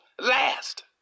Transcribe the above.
last